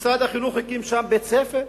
שמשרד החינוך הקים שם בית-ספר,